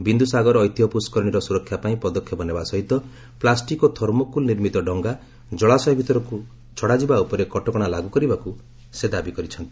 ବିନ୍ଦୁ ସାଗର ଐତିହ୍ୟ ପୁଷ୍ବରିଣୀର ସୁରକ୍ଷା ପାଇଁ ପଦକ୍ଷେପ ନେବା ସହିତ ପ୍ପାଷ୍ଟିକ୍ ଓ ଥର୍ମୋକୁଲ୍ ନିର୍ମିତ ଡଙ୍ଗା ଜଳାଶୟ ଭିତରକୁ ଛଡ଼ାଯିବା ଉପରେ କଟକଣା ଲାଗୁ କରିବାକୁ ଦାବି କରିଛନ୍ତି